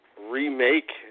remake